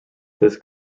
this